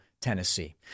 Tennessee